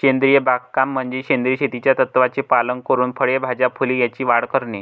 सेंद्रिय बागकाम म्हणजे सेंद्रिय शेतीच्या तत्त्वांचे पालन करून फळे, भाज्या, फुले यांची वाढ करणे